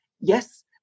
yes